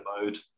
mode